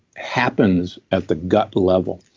happens at the gut level.